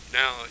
now